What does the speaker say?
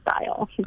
style